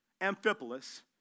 Amphipolis